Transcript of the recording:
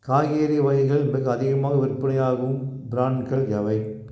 காய்கறி வகைகள் மிக அதிகமாக விற்பனையாகும் பிராண்டுகள் எவை